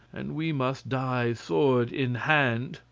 and we must die sword in hand.